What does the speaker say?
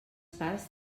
parts